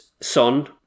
Son